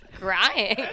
crying